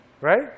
Right